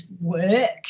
work